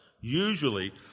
usually